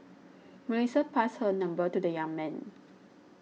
Melissa passed her number to the young man